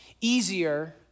easier